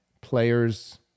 players